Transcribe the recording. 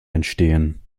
entstehen